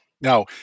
Now